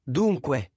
dunque